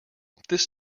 this